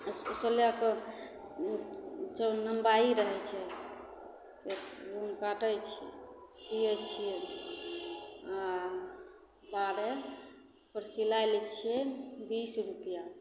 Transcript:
सोलहके लम्बाइ रहय छै काटय छियै सीयै छियै आओर ओकर बाद ओकर सिलाइ लै छियै बीस रूपैआ